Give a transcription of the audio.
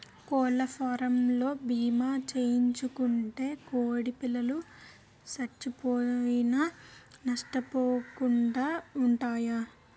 కోళ్లఫారవోలు భీమా చేయించుకుంటే కోడిపిల్లలు సచ్చిపోయినా నష్టపోకుండా వుంటారు